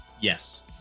Yes